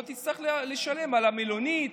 לא תצטרך לשלם על המלונית,